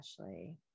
Ashley